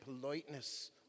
politeness